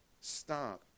stop